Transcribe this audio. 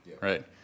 right